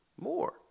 more